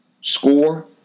score